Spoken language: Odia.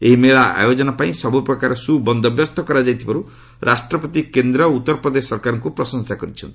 ଏହି ମେଳା ଆୟୋଜନ ପାଇଁ ସବୁପ୍ରକାରର ସୁ ବନ୍ଦୋବସ୍ତ କରାଯାଇଥିବାରୁ ରାଷ୍ଟ୍ରପତି କେନ୍ଦ୍ର ଓ ଉତ୍ତରପ୍ରଦେଶ ସରକାରଙ୍କୁ ପ୍ରଶଂସା କରିଛନ୍ତି